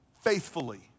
faithfully